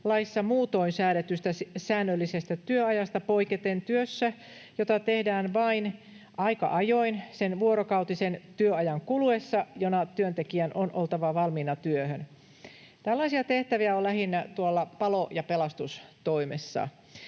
laissa muutoin säädetystä säännöllisestä työajasta poiketen työssä, jota tehdään vain aika ajoin sen vuorokautisen työajan kuluessa, jona työntekijän on oltava valmiina työhön. Tällaisia tehtäviä on lähinnä palo- ja pelastustoimessa.